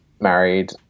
married